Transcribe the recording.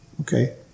Okay